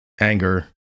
anger